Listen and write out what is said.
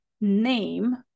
name